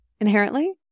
inherently